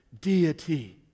deity